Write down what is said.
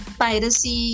piracy